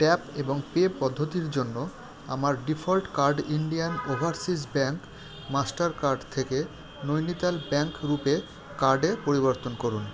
tap এবং pay পদ্ধতির জন্য আমার default card Indian overseas bank Mastercard থেকে নৈনিতাল ব্যাঙ্ক রুপে কার্ডে পরিবর্তন করুন